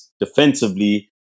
defensively